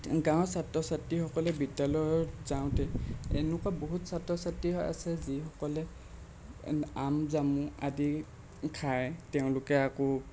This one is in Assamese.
গাঁৱৰ ছাত্ৰ ছাত্ৰীসকলে বিদ্যালয়ত যাওঁতে এনেকুৱা বহুত ছাত্ৰ ছাত্ৰী আছে যিসকলে আম জামু আদি খায় তেওঁলোকে আকৌ